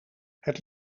het